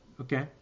Okay